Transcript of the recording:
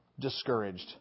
discouraged